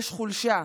יש חולשה,